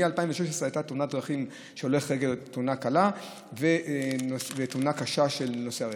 מ-2016 הייתה תאונת דרכים קלה עם הולך רגל ותאונה קשה של נוסע רכב.